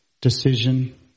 decision